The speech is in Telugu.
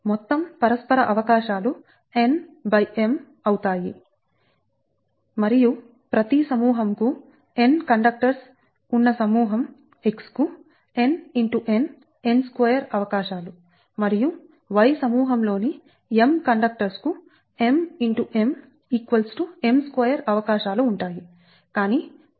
మొత్తం పరస్పర అవకాశాలు n x m అవుతాయి మరియు ప్రతి సమూహం కు n కండక్టర్స్ ఉన్న సమూహం x కు n x n n2 అవకాశాలు మరియు y సమూహం లోని m కండక్టర్స్ కు m x m m2 అవకాశాలు ఉంటాయి కానీ పరస్పరంగా n x m ఉంటాయి